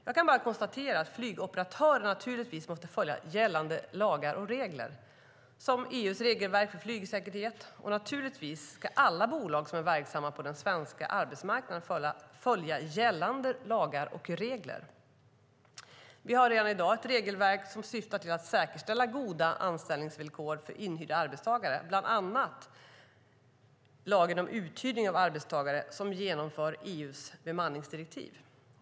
Jag kan bara konstatera att flygoperatören naturligtvis måste följa gällande lagar och regler, såsom EU:s regelverk för flygsäkerhet, och naturligtvis ska alla bolag som är verksamma på den svenska arbetsmarknaden följa gällande lagar och regler. Vi har redan i dag ett regelverk som syftar till att säkerställa goda anställningsvillkor för inhyrda arbetstagare, bland annat lagen om uthyrning av arbetstagare, som genomför EU:s bemanningsdirektiv.